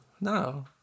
no